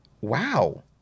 Wow